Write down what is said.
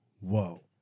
whoa